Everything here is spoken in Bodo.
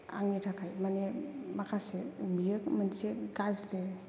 आंनि थाखाय माने माखासे बियो मोनसे गाज्रि